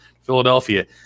Philadelphia